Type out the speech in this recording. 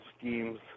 schemes